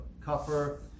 copper